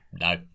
No